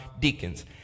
deacons